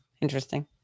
Interesting